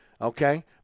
okay